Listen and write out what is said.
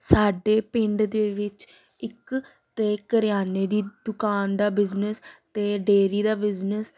ਸਾਡੇ ਪਿੰਡ ਦੇ ਵਿੱਚ ਇੱਕ ਤਾਂ ਕਰਿਆਨੇ ਦੀ ਦੁਕਾਨ ਦਾ ਬਿਜ਼ਨਸ ਅਤੇ ਡੇਅਰੀ ਦਾ ਬਿਜ਼ਨਸ